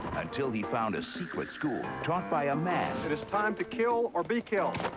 until he found a secret school taught by a man. it is time to kill or be killed.